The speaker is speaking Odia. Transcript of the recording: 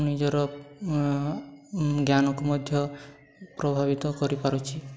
ନିଜର ଜ୍ଞାନକୁ ମଧ୍ୟ ପ୍ରଭାବିତ କରିପାରୁଛି